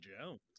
Jones